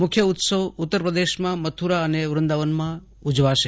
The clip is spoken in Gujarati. મુખ્ય ઉત્સવ ઉત્તરપ્રદેશમાં મથુરા અને વ્રંદાવનમાં ઉજવાશે